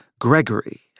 Gregory